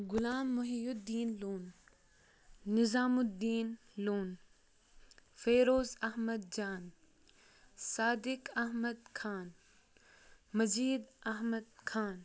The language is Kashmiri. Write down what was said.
غُلام محدین لون نِظامُ دین لون فیروز احمد جان صادِق احمد خان مجید احمد خان